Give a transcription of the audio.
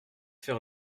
faire